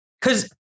cause